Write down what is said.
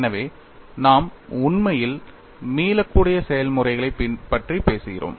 எனவே நாம் உண்மையில் மீளக்கூடிய செயல்முறைகளைப் பற்றி பேசுகிறோம்